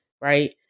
right